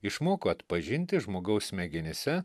išmoko atpažinti žmogaus smegenyse